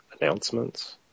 announcements